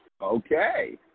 Okay